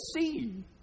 see